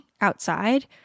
outside